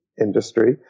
industry